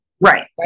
Right